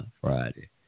Friday